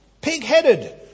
pig-headed